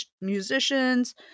musicians